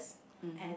and